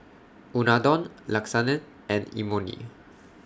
Unadon Lasagne and Imoni